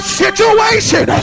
situation